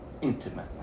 intimately